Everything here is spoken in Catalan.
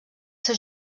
seus